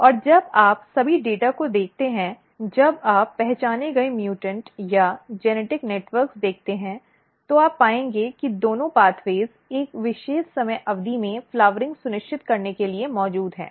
और जब आप सभी डेटा को देखते हैं जब आप पहचाने गए म्यूटेंट या आनुवांशिक नेटवर्क देखते हैं तो आप पाएंगे कि दोनों मार्ग एक विशेष समय अवधि में फ़्लाउरइंग सुनिश्चित करने के लिए मौजूद हैं